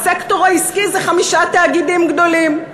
והסקטור העסקי זה חמישה תאגידים גדולים.